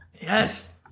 Yes